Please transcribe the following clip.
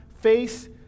face